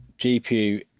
GPU